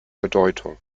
bedeutung